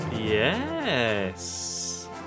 Yes